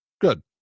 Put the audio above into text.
good